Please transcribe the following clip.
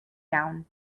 gown